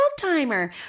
Oldtimer